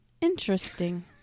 interesting